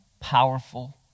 powerful